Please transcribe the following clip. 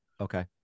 okay